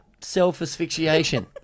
self-asphyxiation